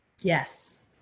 Yes